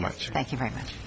much thank you very much